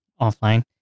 offline